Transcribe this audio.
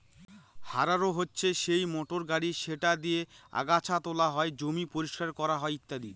harrow হচ্ছে সেই motor গাড়ি যেটা দিয়ে আগাচ্ছা তোলা হয়, জমি পরিষ্কার করা হয় ইত্যাদি